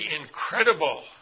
incredible